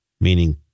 meaning